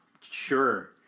Sure